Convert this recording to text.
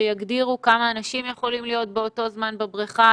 שיגדירו כמה אנשים יכולים להיות באותו זמן בבריכה.